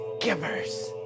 givers